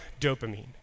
dopamine